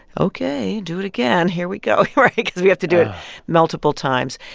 ok, do it again. here we go right? because we have to do it multiple times.